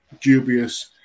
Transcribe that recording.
dubious